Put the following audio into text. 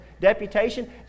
deputation